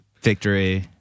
victory